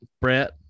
Brett